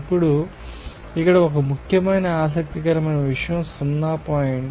ఇప్పుడు ఇక్కడ ఒక ముఖ్యమైన ఆసక్తికరమైన విషయం O పాయింట్